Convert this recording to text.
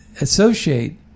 associate